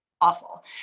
awful